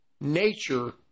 nature